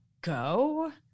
go